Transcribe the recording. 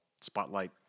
spotlight